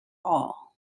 all